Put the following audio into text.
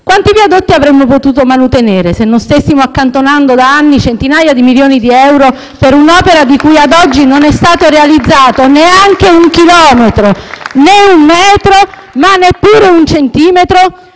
Quanti viadotti avremmo potuto manutenere se non stessimo accantonando da anni centinaia di milioni di euro per un'opera di cui ad oggi non è stato realizzato neanche un chilometro *(Applausi dal Gruppo M5S)*, né un metro e neppure un centimetro?